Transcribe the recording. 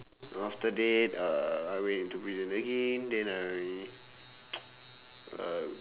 after that uh I went into prison again then I uh